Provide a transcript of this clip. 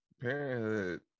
parenthood